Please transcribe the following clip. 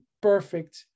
perfect